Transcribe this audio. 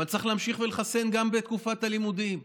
אבל צריך להמשיך ולחסן גם בתקופת הלימודים,